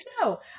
no